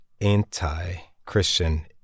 Anti-Christian